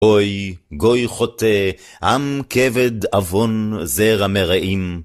הוי, גוי חוטא, עם כבד עוון זרע מרעים.